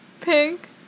Pink